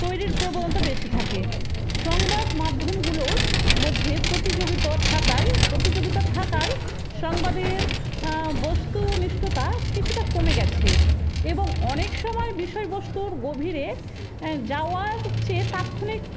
তৈরির প্রবণতা বেশি থাকে সংবাদ মাধ্যমগুলোর মধ্যে প্রতিযোগিতা থাকায় প্রতিযোগিতা থাকায় সংবাদের বস্তুনিষ্ঠতা কিছুটা কমে গেছে এবং অনেক সময় বিষয়বস্তুর গভীরে যাওয়ার চেয়ে তাৎক্ষণিক